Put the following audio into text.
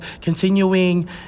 continuing